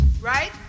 Right